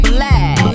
Black